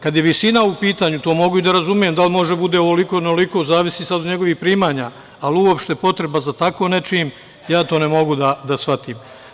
Kada je visina u pitanju, mogu da razumem da on može da bude onoliko ili ovoliko, zavisi od njegovih primanja, ali uopšte potreba za tako nečim, to ne mogu da shvatim.